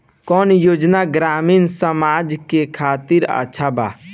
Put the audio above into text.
कौन योजना ग्रामीण समाज के खातिर अच्छा बा?